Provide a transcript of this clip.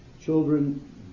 Children